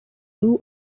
two